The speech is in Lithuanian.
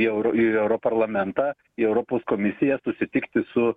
į euro į euro parlamentą į europos komisiją susitikti su